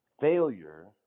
Failure